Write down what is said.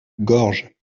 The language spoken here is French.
gorges